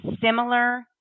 similar